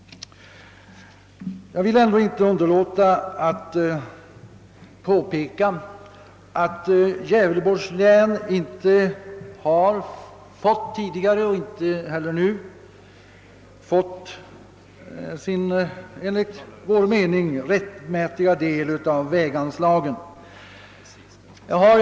Jag kan emellertid inte underlåta att påpeka att Gävleborgs län varken tidigare eller nu har fått sin enligt vår mening rättmätiga andel av: väganslagen.